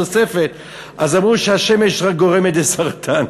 אז אמרו שהשמש רק גורמת לסרטן.